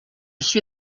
suis